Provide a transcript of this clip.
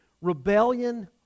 Rebellion